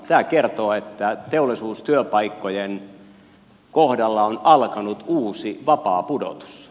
tämä kertoo että teollisuustyöpaikkojen kohdalla on alkanut uusi vapaapudotus